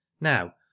now